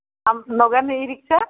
নগেনৰ ই ৰিক্সা